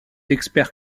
expert